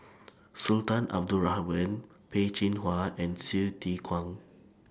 Sultan Abdul Rahman Peh Chin Hua and Hsu Tse Kwang